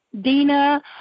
Dina